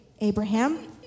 Abraham